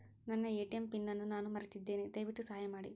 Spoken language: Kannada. ನನ್ನ ಎ.ಟಿ.ಎಂ ಪಿನ್ ಅನ್ನು ನಾನು ಮರೆತಿದ್ದೇನೆ, ದಯವಿಟ್ಟು ಸಹಾಯ ಮಾಡಿ